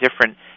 different